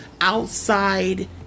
outside